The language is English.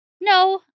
No